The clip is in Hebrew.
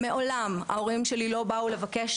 מעולם ההורים שלי לא באו לבקש,